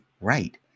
right